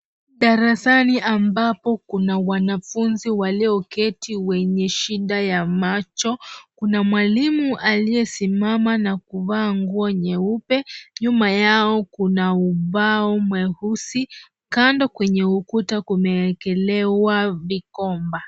Darasani ambapo kuna wanafunzi walioketi wenye shida ya macho, kuna mwalimu aliyesimama na kuvaa nguo nyeupe, nyuma yao kuna ubao mweusi, kando kwenye ukuta kumeekelewa vikomba.